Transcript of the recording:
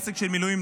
עסק של מילואימניק,